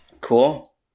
cool